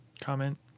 Comment